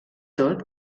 tot